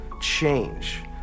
change